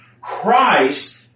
Christ